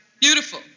beautiful